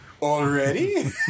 Already